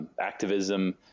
activism